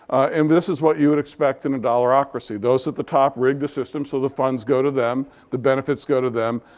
and this is what you would expect in a dollarocracy. those at the top rig the system so the funds go to them. the benefits go to them.